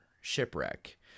shipwreck